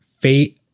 Fate